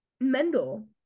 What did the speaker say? Mendel